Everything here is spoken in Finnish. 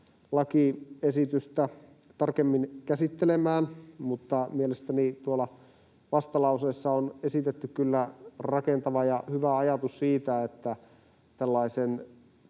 lakiesitystä tarkemmin käsittelemään, mutta mielestäni tuolla vastalauseessa on esitetty kyllä rakentava ja hyvä ajatus tällaisesta